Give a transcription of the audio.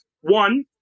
one